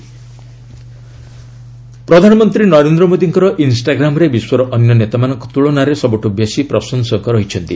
Modi Instagram ପ୍ରଧାନମନ୍ତ୍ରୀ ନରେନ୍ଦ୍ର ମୋଦିଙ୍କର ଇନ୍ଷ୍ଟାଗ୍ରାମ୍ରେ ବିଶ୍ୱର ଅନ୍ୟ ନେତାମାନଙ୍କ ତୁଳନାରେ ସବୁଠୁ ବେଶୀ ପ୍ରଶଂସକ ରହିଛନ୍ତି